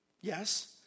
Yes